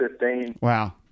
Wow